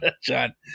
John